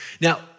Now